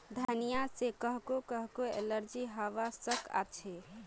धनिया से काहको काहको एलर्जी हावा सकअछे